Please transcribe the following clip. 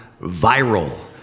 viral